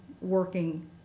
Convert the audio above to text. working